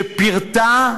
שפירטה,